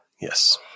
yes